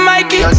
Mikey